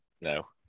no